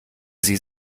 sie